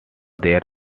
there